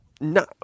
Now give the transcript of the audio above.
No